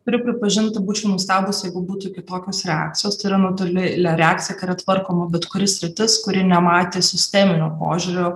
turiu pripažinti būčiau nustebusi jeigu būtų kitokios reakcijos tai yra natūrali reakcija kai yra tvarkoma bet kuri sritis kuri nematė sisteminio požiūrio